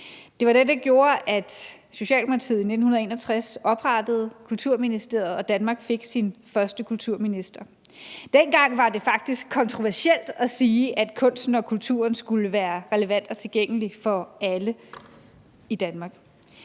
Det var det, der gjorde, at Socialdemokratiet i 1961 oprettede Kulturministeriet og Danmark fik sin første kulturminister. Dengang var det faktisk kontroversielt at sige, at kunsten og kulturen skulle være relevant og tilgængelig for alle i Danmark.